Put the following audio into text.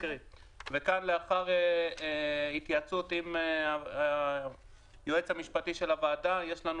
כאן לאחר התייעצות עם היועץ המשפטי של הוועדה יש לנו